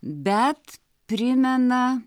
bet primena